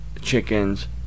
chickens